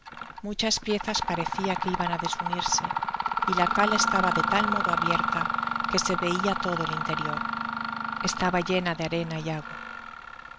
muchas piezas parecia que iban á desunirse y la cala estaba de tal modo abierta que se veia todo el interior estaba llena de arena y agua